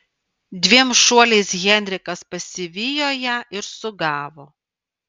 dviem šuoliais henrikas pasivijo ją ir sugavo